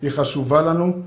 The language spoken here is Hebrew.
היא חשובה לנו.